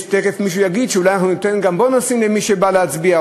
תכף מישהו יגיד שאולי אנחנו ניתן גם בונוסים למי שבא להצביע,